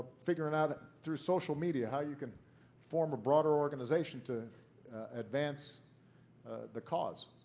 figuring out through social media how you can form a broader organization to advance the cause.